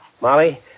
Molly